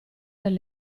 del